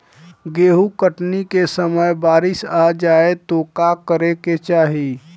गेहुँ कटनी के समय बारीस आ जाए तो का करे के चाही?